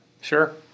Sure